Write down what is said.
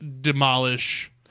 demolish